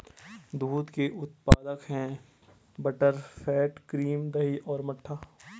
दूध के उत्पाद हैं बटरफैट, क्रीम, दही और मट्ठा